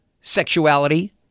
sexuality